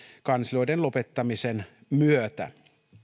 kanslioiden lopettamisen myötä